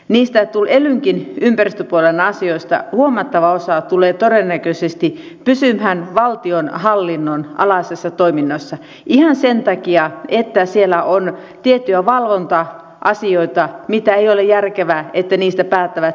niistä elynkin ympäristöpuolen asioista huomattava osa tulee todennäköisesti pysymään valtionhallinnon alaisissa toiminnoissa ihan sen takia että siellä on tiettyjä valvonta asioita mistä ei ole järkevää että kuntatason päättäjät päättävät